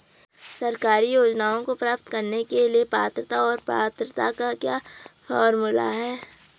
सरकारी योजनाओं को प्राप्त करने के लिए पात्रता और पात्रता का क्या फार्मूला है?